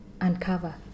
uncover